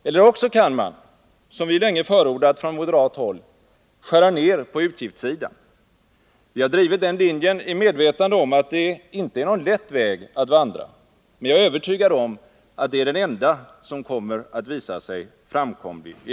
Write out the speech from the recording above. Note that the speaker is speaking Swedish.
Eller också kan man — som vi länge förordat från moderat håll — skära ned på utgiftssidan. Vi har drivit den linjen i medvetande om att det inte är någon lätt väg att vandra. Men jag är övertygad om att det är den enda som i längden kommer att visa sig framkomlig.